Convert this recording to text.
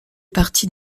parties